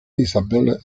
isabelle